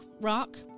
rock